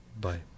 Bye